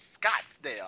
Scottsdale